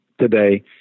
today